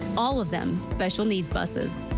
all of them special needs buses.